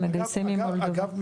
אגב,